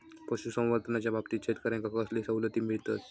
पशुसंवर्धनाच्याबाबतीत शेतकऱ्यांका कसले सवलती मिळतत?